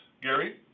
Gary